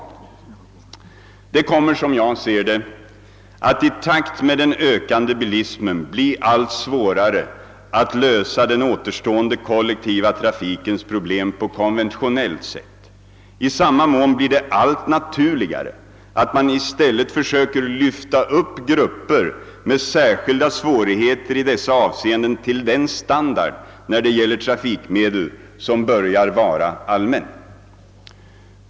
Det kommer — som jag ser det — att i takt med den ökande bilismen bli allt svårare att lösa den återstående kollektiva trafikens problem på konventionellt sätt. I samma mån blir det allt naturligare, att man i stället försöker lyfta upp grupper med särskilda svårigheter i dessa avseenden till den standard när det gäller trafikmedel, som börjar vara allmän.